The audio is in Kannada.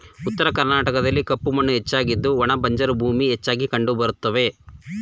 ಉತ್ತರ ಕರ್ನಾಟಕದಲ್ಲಿ ಕಪ್ಪು ಮಣ್ಣು ಹೆಚ್ಚಾಗಿದ್ದು ಒಣ ಬಂಜರು ಭೂಮಿ ಹೆಚ್ಚಾಗಿ ಕಂಡುಬರುತ್ತವೆ